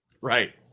Right